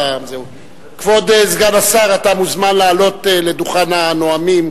כבוד סגן השר, אתה מוזמן לעלות לדוכן הנואמים